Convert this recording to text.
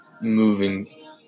moving